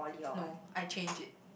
no I change it